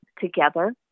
together